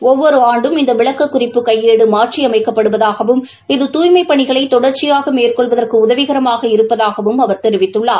ஒவ்வொரு ஆண்டும் இந்த விளக்கக்குறிப்பு கையேடு மாற்றியமைக்கப் படுவதாகவும் இது துய்மைப் பணிகளை தொடர்ச்சியாக மேற்கொள்வதற்கு உதவிகரமாக இருப்பதாக அவர் தெரிவித்துள்ளார்